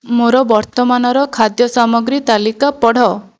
ମୋର ବର୍ତ୍ତମାନର ଖାଦ୍ୟ ସାମଗ୍ରୀ ତାଲିକା ପଢ଼